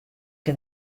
que